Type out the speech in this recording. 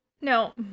No